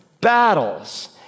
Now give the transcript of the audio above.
battles